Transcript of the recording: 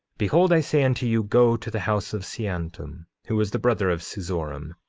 behold i say unto you go to the house of seantum, who is the brother of seezoram,